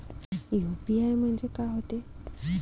UPI म्हणजे का होते?